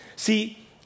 See